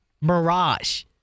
mirage